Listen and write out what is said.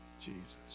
jesus